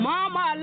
Mama